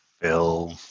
Film